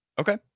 Okay